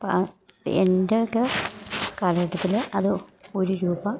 പാ എൻ്റെയൊക്കെ കാലഘട്ടത്തിൽ അത് ഒരു രൂപ